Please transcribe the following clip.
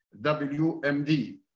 WMD